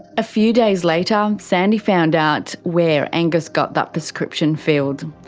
a few days later sandy found out where angus got that prescription filled.